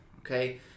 Okay